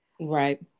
Right